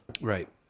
Right